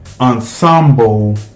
ensemble